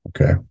Okay